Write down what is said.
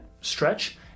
stretch